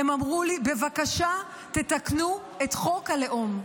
הם אמרו לי: בבקשה, תתקנו את חוק הלאום.